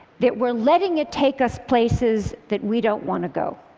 that we're letting it take us places that we don't want to go.